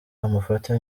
amufata